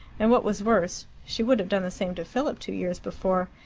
and, what was worse, she would have done the same to philip two years before,